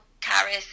caris